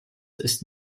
ist